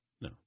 No